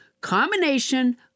combination